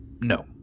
no